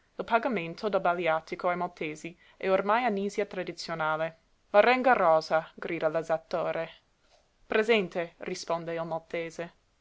il pagamento del baliàtico ai maltesi è ormai a nisia tradizionale marenga rosa grida l'esattore presente risponde il maltese